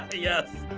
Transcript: ah yes.